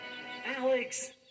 Alex